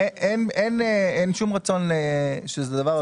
אין שום רצון שזה לא יעלה לאישור.